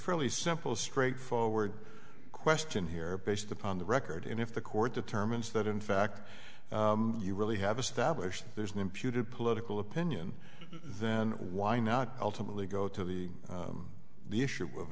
fairly simple straightforward question here based upon the record and if the court determines that in fact you really have established there's an imputed political opinion then why not ultimately go to the the issue of